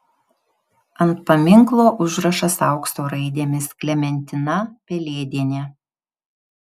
ant paminklo užrašas aukso raidėmis klementina pelėdienė